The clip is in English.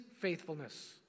faithfulness